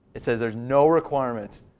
it says there's no requirements.